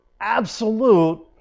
absolute